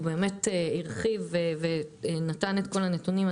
הוא באמת הרחיב ונתן את כל הנתונים.